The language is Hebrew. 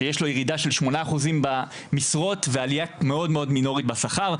שיש לו ירידה של שמונה אחוזים במשרות ועלייה מאוד מינורית בשכר.